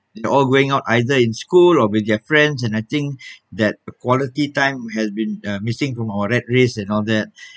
they're all going out either in school or with their friends and I think that quality time has been um missing from our rat race and all that